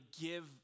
give